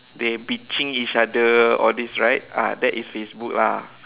they bitching each other all these right ah that is Facebook lah